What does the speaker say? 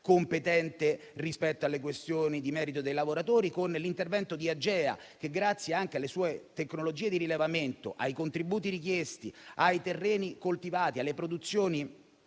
competente rispetto alle questioni di merito dei lavoratori, con l'intervento di AGEA che, grazie anche alle sue tecnologie di rilevamento ai contributi richiesti, ai terreni coltivati e alle produzioni